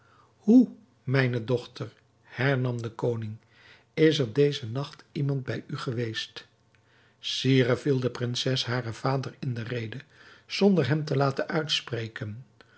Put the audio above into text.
hoe mijne dochter hernam de koning is er dezen nacht iemand hij u geweest sire viel de prinses haren vader in de rede zonder hem te laten uitspreken